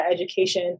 education